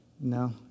No